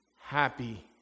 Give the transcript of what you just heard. happy